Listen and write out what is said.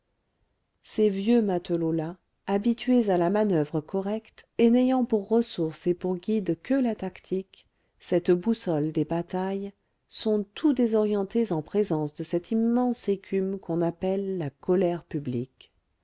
ces vieux matelots là habitués à la manoeuvre correcte et n'ayant pour ressource et pour guide que la tactique cette boussole des batailles sont tout désorientés en présence de cette immense écume qu'on appelle la colère publique